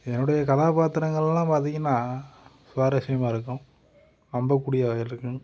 என்னுடைய கதாபாத்திரங்கள்லாம் பார்த்தீங்கன்னா சுவாரஸ்யமாக இருக்கும் நம்பக்கூடியதாக இருக்கும்